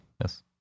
Yes